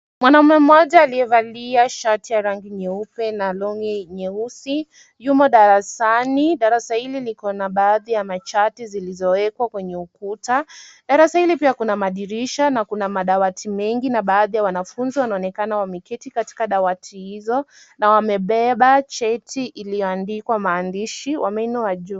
Mwanaume mmoja aliyevalia shati ya rangi nyeupe na longi nyeusi yumo darasani. Darasa hili liko na baadhi ya machati zilizowekwa kwenye ukuta. Darasa hili pia kuna madirisha na kuna madawati mengi na baadhi ya wanafunzi wanaonekana wameketi katika dawati hizo na wamebeba cheti iliyoandikwa maandishi, wameinua juu.